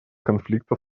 конфликта